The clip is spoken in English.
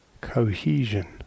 cohesion